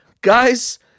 Guys